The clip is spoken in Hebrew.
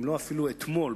אם לא אפילו אתמול,